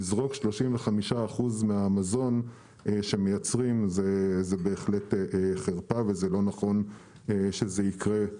לזרוק 35% מהמזון שמייצרים זה בהחלט חרפה וזה לא נכון שזה יקרה,